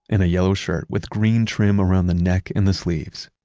and a yellow shirt with green trim around the neck and the sleeves.